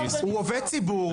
הוא עובד ציבור.